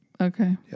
Okay